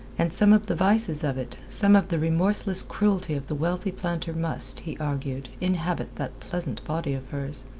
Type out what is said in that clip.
and some of the vices of it, some of the remorseless cruelty of the wealthy planter must, he argued, inhabit that pleasant body of hers.